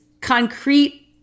concrete